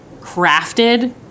crafted